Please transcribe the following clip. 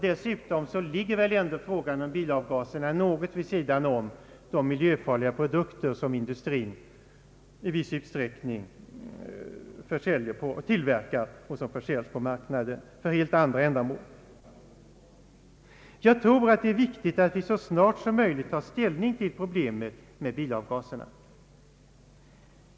Dessutom ligger väl frågan om bilavgaserna något vid sidan av problemet med de miljöfarliga produkter som industrin i viss utsträckning tillverkar och som försäljs på marknaden för helt andra ändamål. Jag tror att det är viktigt att vi så snart som möjligt tar ställning till problemet om bilavgaserna.